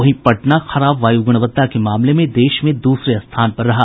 वहीं पटना खराब वायु गुणवत्ता के मामले में देश में दूसरे स्थान पर रहा